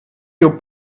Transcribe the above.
your